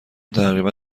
تقریبا